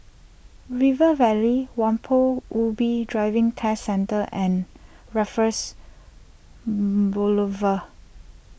River Valley Kampong Ubi Driving Test Centre and Raffles Boulevard